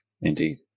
Indeed